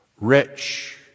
rich